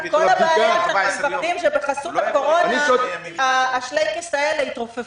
כל הבעיה היא שבחסות הקורונה השלייקס האלה יתרופפו.